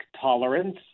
tolerance